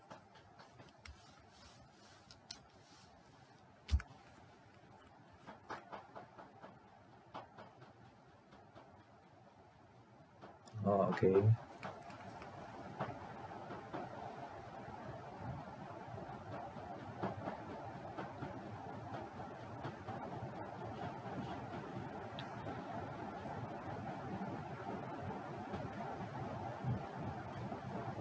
orh okay